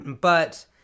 But-